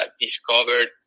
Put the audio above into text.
discovered